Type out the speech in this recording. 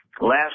last